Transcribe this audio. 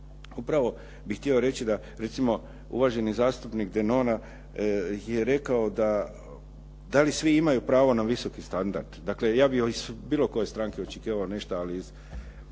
upravo bih htio reći da recimo uvaženi zastupnik Denona je rekao da li svi imaju pravo na visoki standard. Dakle, ja bih od bilo koje stranke očekivao nešto, ali